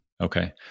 Okay